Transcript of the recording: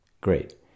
Great